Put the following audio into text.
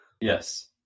Yes